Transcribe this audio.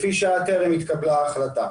לפי שעה טרם התקבלה החלטה.